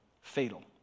fatal